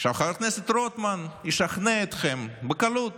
חבר הכנסת רוטמן ישכנע אתכם בקלות